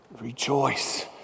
Rejoice